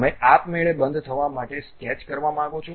તમે આપમેળે બંધ થવા માટે સ્કેચ કરવા માંગો છો